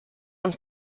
und